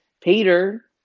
Peter